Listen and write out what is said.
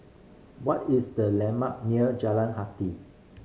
what is the landmark near Jalan Jati